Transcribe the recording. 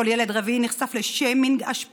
כל ילד רביעי נחשף לשיימינג, השפלה,